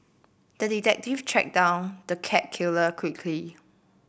the detective tracked down the cat killer quickly